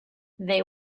they